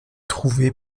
trouvé